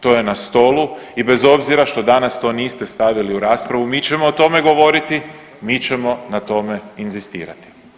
To je na stolu i bez obzira što danas to niste stavili u raspravu mi ćemo o tome govoriti, mi ćemo na tome inzistirati.